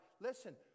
Listen